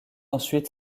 ensuite